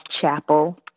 Chapel